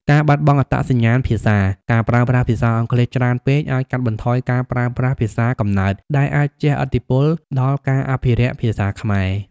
ការបាត់បង់អត្តសញ្ញាណភាសា ការប្រើប្រាស់ភាសាអង់គ្លេសច្រើនពេកអាចកាត់បន្ថយការប្រើប្រាស់ភាសាកំណើត ដែលអាចជះឥទ្ធិពលដល់ការអភិរក្សភាសាខ្មែរ។